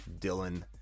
Dylan